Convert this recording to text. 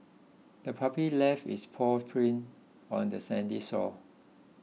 the puppy left its paw prints on the sandy shore